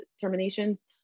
terminations